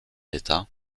d’état